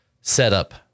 setup